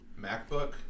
MacBook